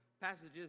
passages